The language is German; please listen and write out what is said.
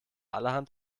allerhand